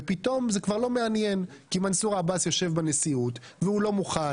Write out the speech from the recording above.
ופתאום זה כבר לא מעניין כי מנסור עבאס יושב בנשיאות והוא לא מוכן.